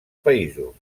països